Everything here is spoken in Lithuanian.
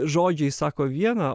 žodžiai sako viena